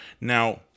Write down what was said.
Now